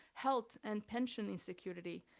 health and pension insecurity,